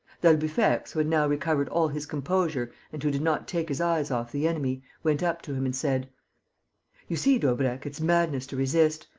d'albufex, who had now recovered all his composure and who did not take his eyes off the enemy, went up to him and said you see, daubrecq, it's madness to resist.